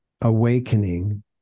awakening